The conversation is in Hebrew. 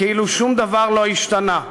כאילו שום דבר לא השתנה.